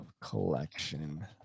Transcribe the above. Collection